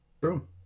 True